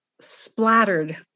splattered